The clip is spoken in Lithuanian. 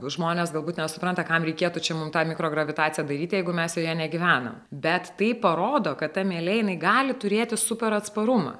žmonės galbūt nesupranta kam reikėtų čia mums tą mikrogravitaciją daryti jeigu mes joje negyvenam bet tai parodo kad ta mielė gali turėti super atsparumą